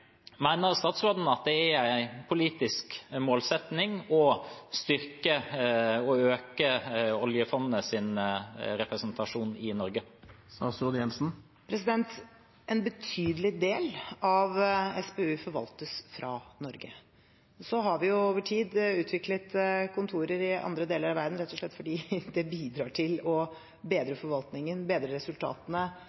det er en politisk målsetting å styrke og øke oljefondets representasjon i Norge? En betydelig del av SPU forvaltes fra Norge. Men så har vi over tid utviklet kontorer i andre deler av verden, rett og slett fordi det bidrar til å